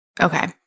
Okay